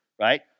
right